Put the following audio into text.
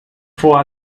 for